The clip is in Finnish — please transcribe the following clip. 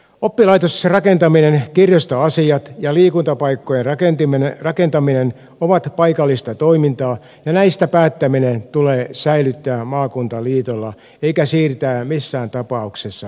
oppilaitosrakentaminen kirjastoasiat ja liikuntapaikkojen rakentaminen ovat paikallista toimintaa ja näistä päättäminen tulee säilyttää maakunnan liitolla eikä siirtää missään tapauksessa avi keskukselle